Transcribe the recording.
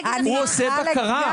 הוא עושה בקרה.